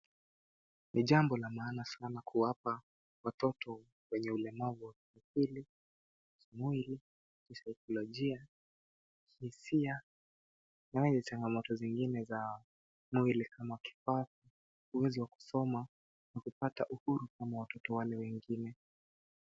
Ni jambo la maana sana kuwapa watoto wenye ulemavu wa kiakili, kimwili, kisaikolojia, kihisia nazo changamoto zingine za mwili kama kifafa uwezo wa kusoma na kupata uhuru kama watoto wale wengine.